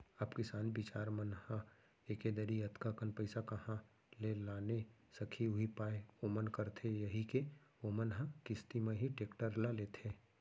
अब किसान बिचार मन ह एके दरी अतका कन पइसा काँहा ले लाने सकही उहीं पाय ओमन करथे यही के ओमन ह किस्ती म ही टेक्टर ल लेथे